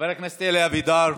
חבר הכנסת אלי אבידר,